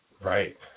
Right